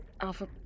alpha